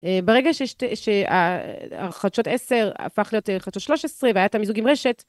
ברגע שהחדשות עשר הפך להיות חדשות שלוש עשרה והיה את המיזוג עם רשת